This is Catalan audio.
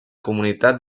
comunitat